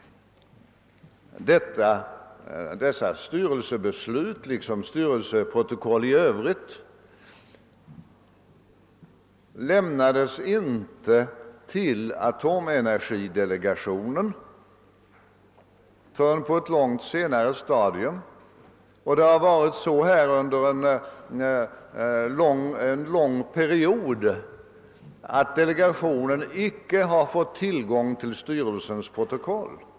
Protokoll över dessa styrelsebeslut, liksom styrelseprotokoll i övrigt, lämnades inte till atomdelegationen förrän på ett långt senare stadium, och det har under en lång period varit så att delegationen icke har fått tillgång till styrelsens protokoll.